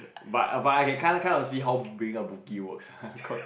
but but I can kind of kind of see how being a bookie works lah cause